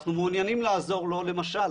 ואנחנו מעוניינים לעזור לו, למשל